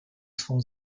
swą